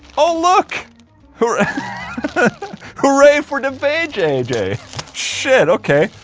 oh, look hooray hooray for the va-jay-jay shit, ok